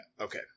Okay